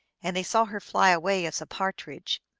and they saw her fly away as a partridge.